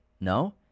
No